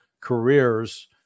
careers